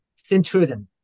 Sintruden